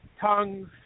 tongues